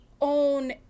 Own